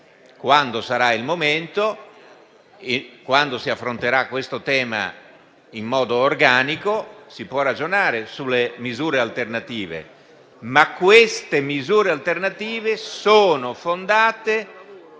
quando sarà il momento e quando si affronterà questo tema in modo organico, si potrà ragionare sulle misure alternative, ma queste misure alternative sono fondate